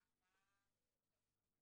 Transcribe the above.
מה --- טוב, לא משנה.